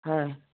হয়